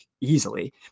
easily